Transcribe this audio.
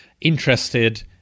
interested